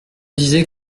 disais